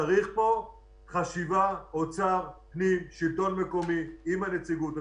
צריך פה חשיבה אוצר-פנים-שלטון מקומי, עם הנציגות.